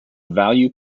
value